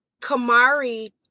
Kamari